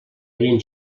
eren